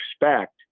expect